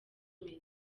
messi